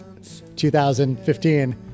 2015